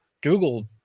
google